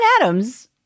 Adams